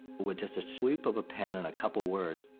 with just a sweep of a pen and a couple words,